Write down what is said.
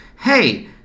hey